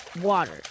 water